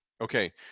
Okay